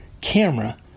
camera